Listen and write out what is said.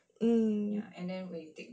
mm